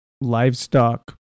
livestock